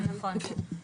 נכון.